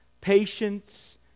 patience